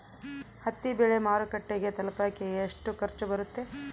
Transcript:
ಹತ್ತಿ ಬೆಳೆ ಮಾರುಕಟ್ಟೆಗೆ ತಲುಪಕೆ ಎಷ್ಟು ಖರ್ಚು ಬರುತ್ತೆ?